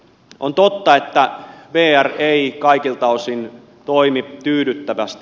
on totta että vr ei kaikilta osin toimi tyydyttävästi